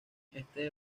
este